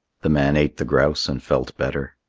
the man ate the grouse and felt better.